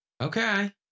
Okay